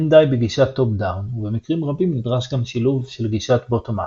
אין די בגישת Top-Down ובמקרים רבים נדרש גם שילוב של גישת Bottom-UP.